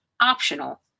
optional